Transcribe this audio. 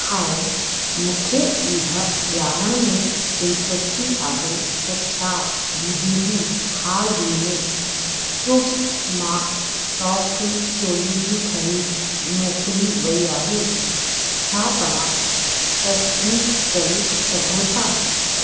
हाय मूंखे इहा ॼाणण में दिलिचस्पी आहे त छा मुंहिंजी हाल ही में कूव्स मां टॉप चोली जी ख़रीद मोकिली वई आहे छा तव्हां तज़दीक करे सघो था